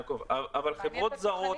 האם חברות זרות